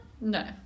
No